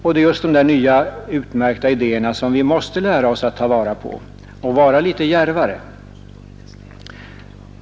Men det är just sådana nya utmärkta idéer, som vi måste lära oss att ta vara på, och vi måste vara litet djärvare.